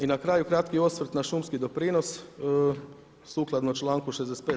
I na kraju kratki osvrt na šumski doprinos sukladno članku 65.